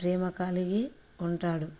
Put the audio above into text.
ప్రేమ కలిగి ఉంటాడు